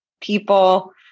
people